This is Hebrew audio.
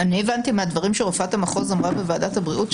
אני הבנתי מהדברים שרופאת המחוז אמרה בוועדת הבריאות,